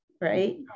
right